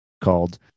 called